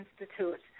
Institute